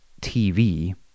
TV